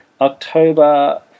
October